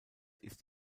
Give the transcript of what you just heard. ist